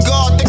God